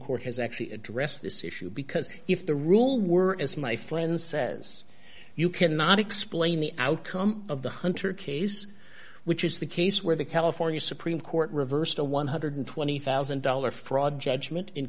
court has actually addressed this issue because if the rule were as my friend says you cannot explain the outcome of the hunter case which is the case where the california supreme court reversed a one hundred and twenty thousand dollars fraud judgment in